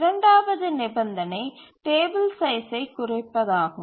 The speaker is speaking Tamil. இரண்டாவது நிபந்தனை டேபிள் சைஸ்சை குறைப்பதாகும்